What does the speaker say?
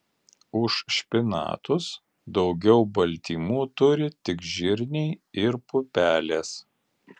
už špinatus daugiau baltymų turi tik žirniai ir pupelės